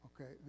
okay